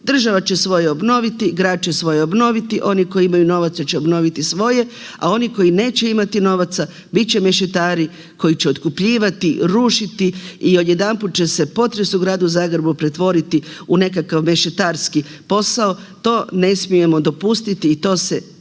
država će svoje obnoviti, grad će svoje obnoviti, oni koji imaju novaca će obnoviti svoje, a oni koji neće imati novaca, bit će mešetari koji će otkupljivati, rušiti i odjedanput će se potres u gradu Zagrebu pretvoriti u nekakav mešetarski posao. To ne smijemo dopustiti i to se